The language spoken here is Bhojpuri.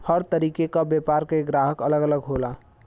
हर तरीके क व्यापार के ग्राहक अलग अलग होला